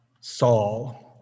Saul